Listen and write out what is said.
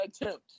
attempt